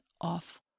off